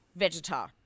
vegetar